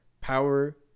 power